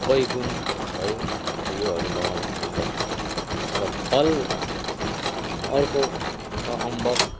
बैगुन भयो योहरू लगाउने काम गर्छु र फलमा अर्को छ अम्बक